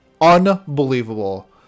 unbelievable